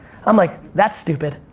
i'm like, that's stupid.